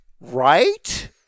right